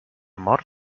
mort